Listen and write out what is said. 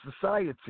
society